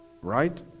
Right